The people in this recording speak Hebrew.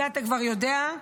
זה אתה כבר יודע.